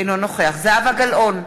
אינו נוכח זהבה גלאון,